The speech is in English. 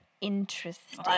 Interesting